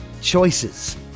Choices